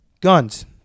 Guns